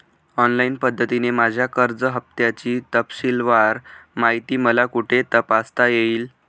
Online पद्धतीने माझ्या कर्ज हफ्त्याची तपशीलवार माहिती मला कुठे तपासता येईल?